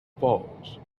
falls